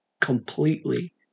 completely